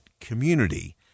community